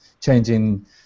changing